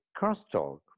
crosstalk